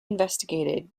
investigated